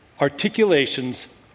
articulations